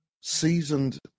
seasoned